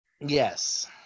yes